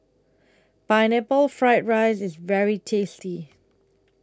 Pineapple Fried Rice IS very tasty